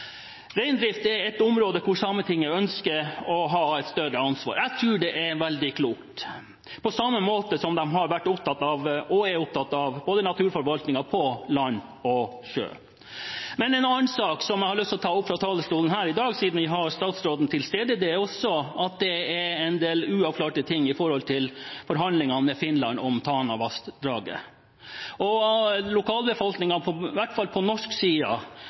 Reindrift er et område der Sametinget ønsker å ha et større ansvar. Jeg tror det er veldig klokt, for de har vært og er opptatt av naturforvaltningen på land og sjø. En annen sak som jeg har lyst til å ta opp fra talerstolen her i dag, siden vi har statsråden til stede, er at det er en del uavklarte forhold når det gjelder forhandlinger med Finland om Tanavassdraget. Lokalbefolkningen, i hvert fall på norsk side,